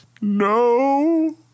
No